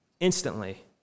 Instantly